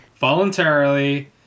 voluntarily